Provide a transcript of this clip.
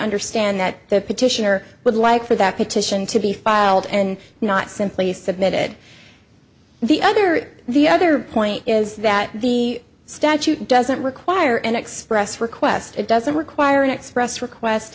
understand that the petitioner would like for that petition to be filed and not simply submitted the other the other point is that the statute doesn't require an express request it doesn't require an express request